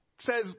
says